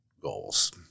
goals